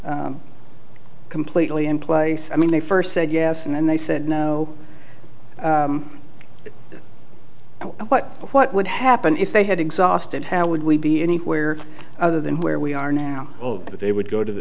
was completely in place i mean they first said yes and then they said no but what would happen if they had exhausted how would we be anywhere other than where we are now oh but they would go to